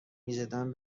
میزدم